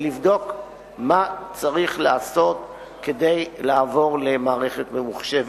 לבדוק מה צריך לעשות כדי לעבור למערכת ממוחשבת.